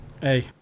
hey